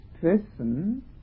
person